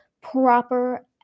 proper